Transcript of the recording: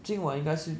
今晚应该是